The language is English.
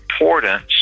importance